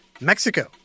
Mexico